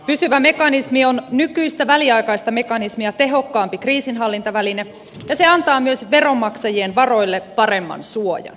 pysyvä mekanismi on nykyistä väliaikaista mekanismia tehokkaampi kriisinhallintaväline ja se antaa myös veronmaksajien varoille paremman suojan